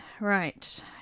Right